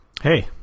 Hey